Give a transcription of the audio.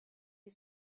die